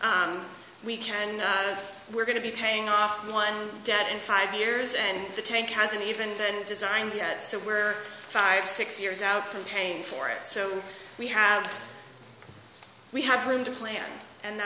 saying we can we're going to be paying off my debt in five years and the tank hasn't even been designed yet so we're five six years out from paying for it so we have we have room to plan and